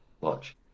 Watch